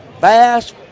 bass